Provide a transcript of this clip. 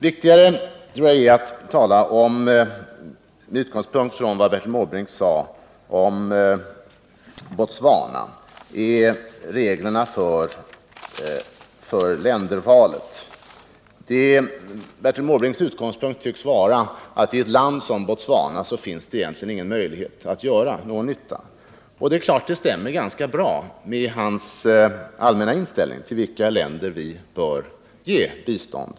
Viktigare tror jag är att med det som Bertil Måbrink sade om Botswana som utgångspunkt ta upp reglerna för ländervalet. Bertil Måbrinks utgångspunkt tycks vara att det i ett land som Botswana egentligen inte finns möjlighet att göra någon nytta. Det stämmer självfallet ganska bra med hans allmänna inställning till vilka länder i världen vi bör ge bistånd.